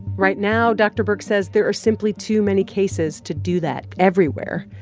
right now, dr. birx says there are simply too many cases to do that everywhere,